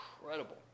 incredible